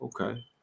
Okay